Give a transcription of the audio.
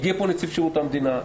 הגיע לפה נציב שירות המדינה,